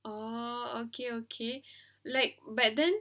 oh okay okay like but then